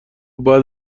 بعد